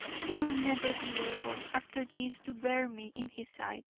he will never be able after this to bear me in his sight.